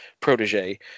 protege